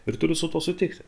ir turiu su tuo sutikti